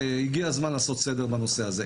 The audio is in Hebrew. והגיע הזמן לעשות סדר בנושא הזה.